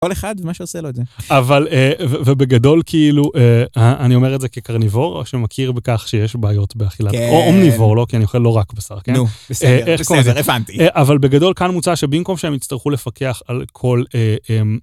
כל אחד ומה שעושה לו את זה. אבל, ובגדול כאילו, אני אומר את זה כקרניבור, שמכיר בכך שיש בעיות באכילת, או אומניבור, לא? כי אני אוכל לא רק בשר, כן? בסדר, בסדר, זה הבנתי. אבל בגדול כאן מוצע שבמקום שהם יצטרכו לפקח על כל...